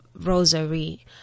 rosary